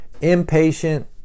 impatient